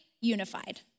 unified